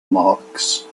marks